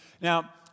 now